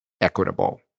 equitable